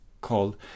called